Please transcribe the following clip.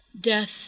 DEATH